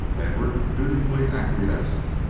edward dutifully acquiesced,